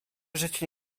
życie